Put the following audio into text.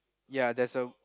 ya there's a